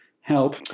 help